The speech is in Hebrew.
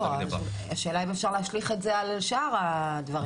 לא, השאלה אם אפשר להשליך את זה על שאר הדברים.